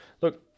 Look